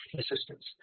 assistance